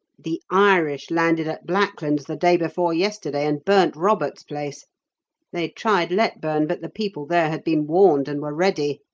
the irish landed at blacklands the day before yesterday, and burnt robert's place they tried letburn, but the people there had been warned, and were ready.